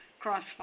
Crossfire